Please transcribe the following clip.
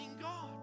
God